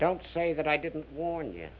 don't say that i didn't warn y